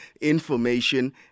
information